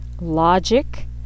logic